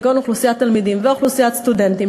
כגון אוכלוסיית תלמידים ואוכלוסיית סטודנטים,